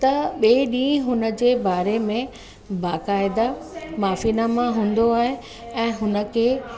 त ॿिएं ॾीहं हुनजे बारे में बाकायदा माफ़ीनामा हूंदो आहे ऐं हुनखे